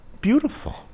beautiful